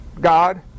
God